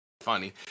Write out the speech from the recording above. funny